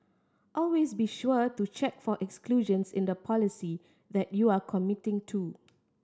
always be sure to check for exclusions in the policy that you are committing to